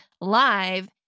live